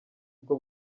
bwo